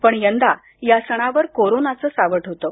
पण यंदा या सणावर कोरोनाचं सावट होतं